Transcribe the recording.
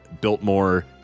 Biltmore